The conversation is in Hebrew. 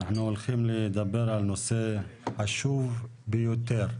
אנחנו הולכים לדבר על נושא חשוב ביותר.